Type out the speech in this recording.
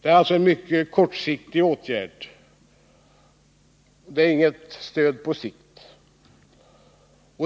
Det är alltså en mycket kortsiktig åtgärd och innebär inget stöd på sikt.